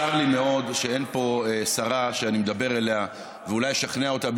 צר לי מאוד שאין פה שרה שאני מדבר אליה ואולי אשכנע אותה,